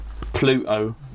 Pluto